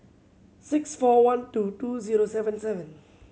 six four one two two zero seven seven